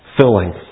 filling